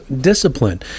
discipline